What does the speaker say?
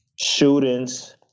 shootings